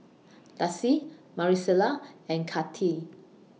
Darci Maricela and Katie